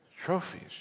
Trophies